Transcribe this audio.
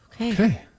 Okay